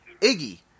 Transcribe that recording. Iggy